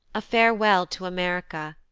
a farewel to america.